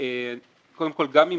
גם אם